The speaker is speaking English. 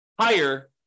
higher